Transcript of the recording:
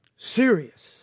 serious